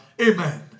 Amen